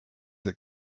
that